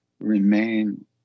remain